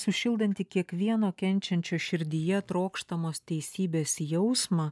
sušildanti kiekvieno kenčiančio širdyje trokštamos teisybės jausmą